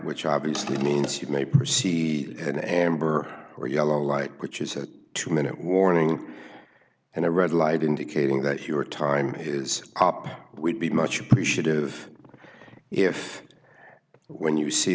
which obviously means you may perceive an amber or yellow light which is a two minute warning and a red light indicating that your time is up would be much appreciative if when you see